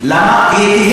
למה?